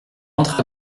entre